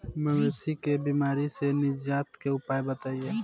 मवेशी के बिमारी से निजात के उपाय बताई?